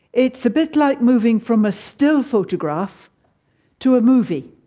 it's a bit like moving from a still photograph to a movie.